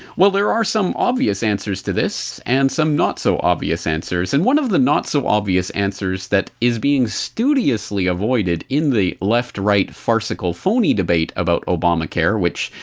well, there are some obvious answers to this and some not so obvious answers and one of the not so obvious answers that is being studiously avoided in the left right farcical phony debate about obamacare which,